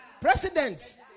Presidents